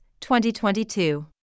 2022